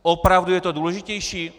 Opravdu je to důležitější?